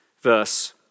Verse